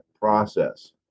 process